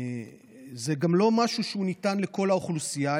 זה גם לא משהו שניתן לכל האוכלוסייה,